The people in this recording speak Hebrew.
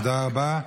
תודה רבה.